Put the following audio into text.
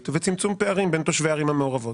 וצמצום פערים בין תושבי הערים המעורבות.